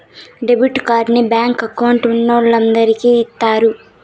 debit కార్డుని bank account ఉన్నోలందరికి ఇత్తారు